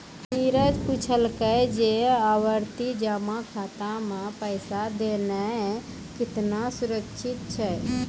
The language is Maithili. नीरज पुछलकै जे आवर्ति जमा खाता मे पैसा देनाय केतना सुरक्षित छै?